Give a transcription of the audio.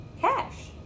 cash